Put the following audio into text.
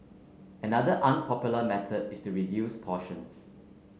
another unpopular method is to reduce portions